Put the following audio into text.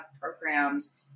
programs